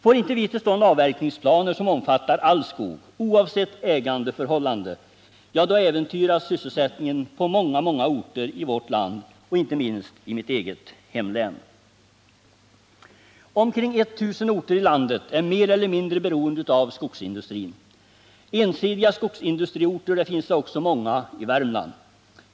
Får vi inte till stånd avverkningsplaner, som omfattar all skog, oavsett ägandeförhållande, då äventyras sysselsättningen på många orter i vårt land, inte minst i mitt eget län. Omkring 1 000 orter i landet är mer eller mindre beroende av skogsindustrin. Ensidiga skogsindustriorter finns det många också i Värmland.